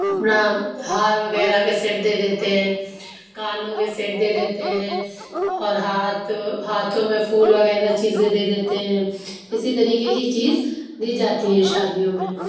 اپنا ہار وغیرہ کا سیٹ دے دیتے ہیں کانوں کے سیٹ دے دیتے ہیں اور ہاتھ ہاتھوں میں پھول وغیرہ چیزیں دے دیتے ہیں اسی طریقے کی چیز دی جاتی ہے شادیوں میں